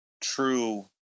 true